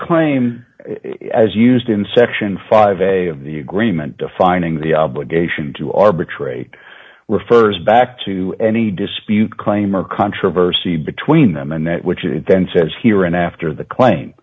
claim as used in section five a of the agreement defining the obligation to arbitrate refers back to any dispute claim or controversy between them and that which is then says here and after the claim